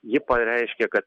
ji pareiškė kad